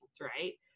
Right